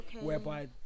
whereby